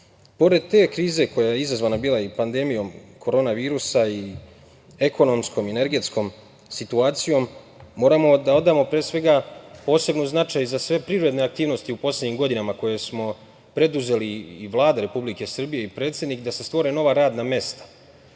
te krize koja je bila izazvana i pandemijom korona virusa i ekonomskom, energetskom situacijom moramo da odamo, pre svega, poseban značaj za sve privredne aktivnosti u poslednjim godinama koje smo preduzeli, i Vlada Republike Srbije i predsednik, da se stvore nova radna mesta.Zašto